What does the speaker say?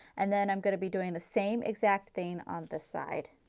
and then i am going to be doing the same exact thing on this side.